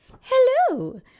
hello